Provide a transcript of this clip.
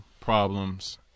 problems